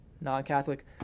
non-Catholic